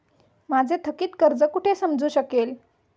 माझे थकीत कर्ज कुठे समजू शकेल?